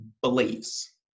beliefs